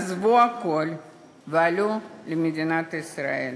עזבו הכול ועלו למדינת ישראל.